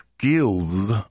skills